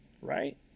right